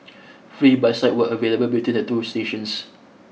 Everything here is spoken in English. free bus rides were available between the two stations